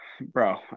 Bro